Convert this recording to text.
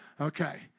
Okay